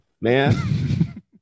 man